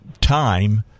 time